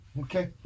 Okay